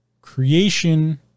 Creation